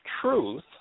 truth